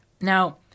Now